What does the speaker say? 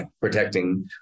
protecting